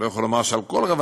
אני לא יכול לומר שעל כל רבדיה,